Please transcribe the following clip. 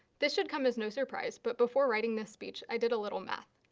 this should come as no surprise, but before writing this speech i did a little math.